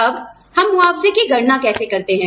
अब हम मुआवजे की गणना कैसे करते हैं